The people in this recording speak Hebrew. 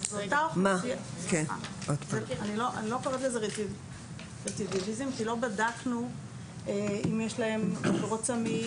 אני לא קוראת לזה רצידיביזם כי לא בדקנו אם יש להם עבירות סמים,